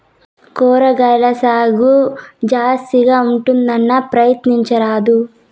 కూరగాయల సాగు జాస్తిగా ఉంటుందన్నా, ప్రయత్నించరాదూ